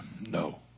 no